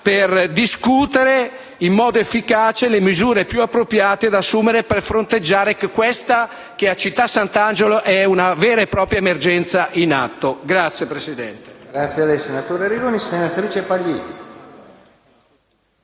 per discutere in modo efficace delle misure più appropriate per fronteggiare quella che a Città Sant'Angelo è una vera e propria emergenza in atto. *(Applausi del